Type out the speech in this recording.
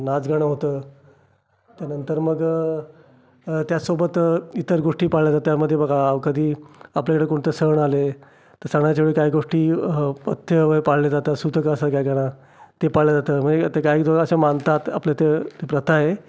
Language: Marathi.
नाचगाणं होतं त्यानंतर मग त्याचसोबत इतर गोष्टी पाळल्या जातात त्यामध्ये बघा कधी आपल्याकडे कोणतं सण आले तर सणाच्या वेळी काही गोष्टी पथ्य वगैरे पाळले जातात सुतक असतं काही काही वेळा ते पाळलं जातं म्हणजे ते काहीजणं असे मानतात आपली ते ते प्रथा आहे